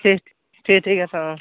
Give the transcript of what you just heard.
ঠিক ঠিক আছে অঁ